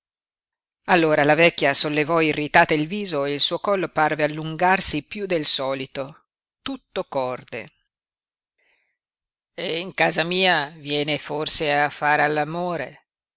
allora la vecchia sollevò irritata il viso e il suo collo parve allungarsi piú del solito tutto corde e in casa mia viene forse a far